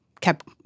kept